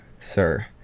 Sir